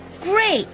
Great